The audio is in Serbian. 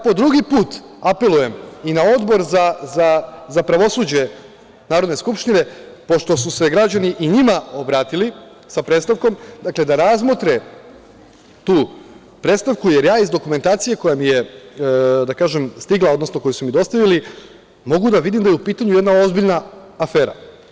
Po drugi put apelujem i na Odbor za pravosuđe Narodne skupštine, pošto su se građani i njima obratili, sa predstavkom, dakle, da razmotre tu predstavku, jer iz dokumentacije koja mi je stigla, odnosno koju su mi dostavili, mogu da vidim da je u pitanju jedna ozbiljna afera.